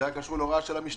זה היה קשור להוראה של המשטרה.